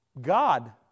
God